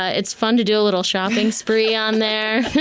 ah it's fun to do a little shopping spree on there.